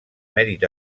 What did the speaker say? mèrit